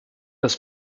das